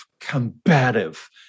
combative